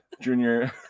Junior